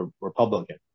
Republican